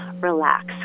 relax